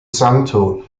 santo